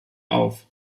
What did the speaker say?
auf